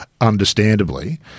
understandably